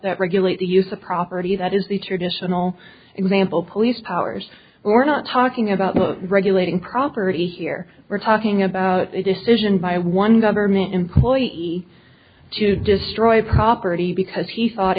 that regulate the use of property that is the traditional example police powers we're not talking about regulating property here we're talking about a decision by one government employee to destroy property because he thought